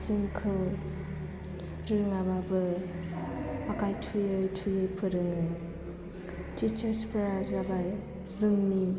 जोंखौ रोङाबाबो आखाय थुयै थुयै फोरोङो टिचार्स फोरा जाबाय जोंनि